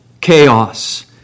chaos